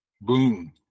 Boom